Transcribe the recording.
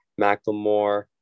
McLemore